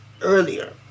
earlier